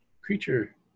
creature